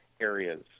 areas